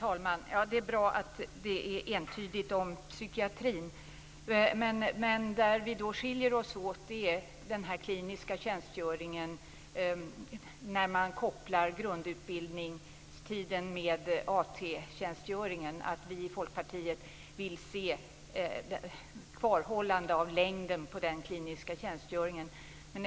Herr talman! Det är bra att vi är entydiga om psykiatrin. Vi skiljer oss åt när det gäller den kliniska tjänstgöringen. Man kopplar ihop grundutbildningstiden med AT-tjänstgöringen. Vi i Folkpartiet vill se att den kliniska tjänstgöringens längd behålls.